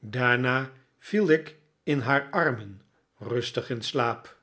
daarna viel ik in haar armen rustig in slaap